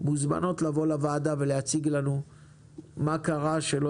מוזמן לבוא לוועדה ולהציג לנו מה קרה שלא